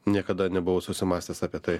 niekada nebuvau susimąstęs apie tai